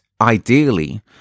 ideally